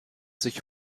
sich